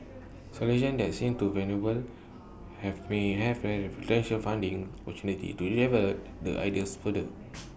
solutions that seen to viable have may have very potential funding opportunities to the ideas further